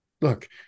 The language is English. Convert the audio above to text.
Look